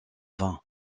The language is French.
vain